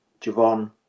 Javon